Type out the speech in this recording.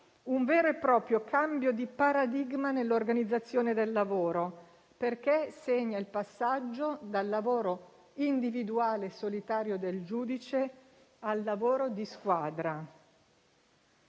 un vero e proprio cambio di paradigma nell'organizzazione del lavoro, perché segna il passaggio dal lavoro individuale e solitario del giudice a quello di squadra.